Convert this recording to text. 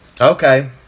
Okay